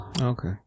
Okay